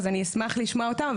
אז אני אשמח לשמוע אותן.